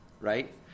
right